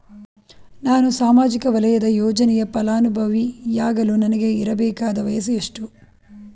ನಾನು ಸಾಮಾಜಿಕ ವಲಯದ ಯೋಜನೆಯ ಫಲಾನುಭವಿ ಯಾಗಲು ನನಗೆ ಇರಬೇಕಾದ ವಯಸ್ಸು ಎಷ್ಟು?